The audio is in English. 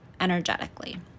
energetically